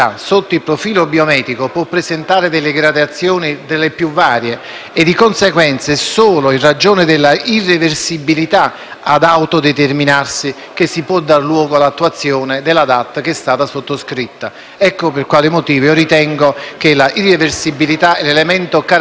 e, di conseguenza, è solo in ragione della irreversibilità ad autodeterminarsi che si può dar luogo all'attuazione della DAT sottoscritta. Questo è il motivo per cui ritengo che l'irreversibilità sia l'elemento caratterizzante. Se non c'è irreversibilità, ne viene di conseguenza che